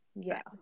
yes